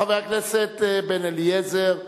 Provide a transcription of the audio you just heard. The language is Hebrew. חבר הכנסת בן-אליעזר,